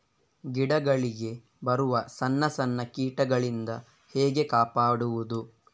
ಗಿಡಗಳಿಗೆ ಬರುವ ಸಣ್ಣ ಸಣ್ಣ ಕೀಟಗಳಿಂದ ಹೇಗೆ ಕಾಪಾಡುವುದು?